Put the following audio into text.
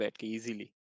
easily